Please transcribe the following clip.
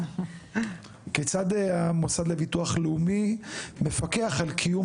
כיצד המוסד לביטוח לאומי מפקח על קיום